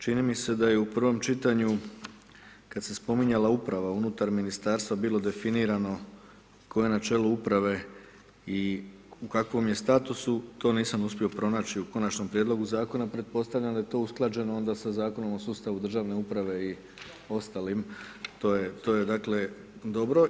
Čini mi se da je u prvom čitanju, kad se spominjala uprava unutar Ministarstva, bilo definirano tko je na čelu uprave i u kakvom je statusu, to nisam uspio pronaći u Konačnom prijedlogu Zakona, pretpostavljam da je to usklađeno onda sa Zakonom o sustavu državne uprave i ostalim, to je dakle, dobro.